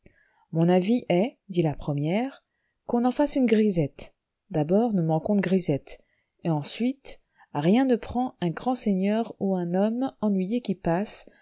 mon avis est dit la première qu'on en fasse une grisette d'abord nous manquons de grisettes et ensuite rien ne prend un grand seigneur ou un homme ennuyé qui passe